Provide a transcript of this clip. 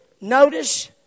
Notice